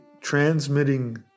transmitting